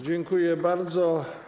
Dziękuję bardzo.